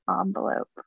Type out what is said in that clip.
envelope